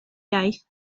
iaith